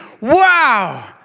Wow